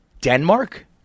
Denmark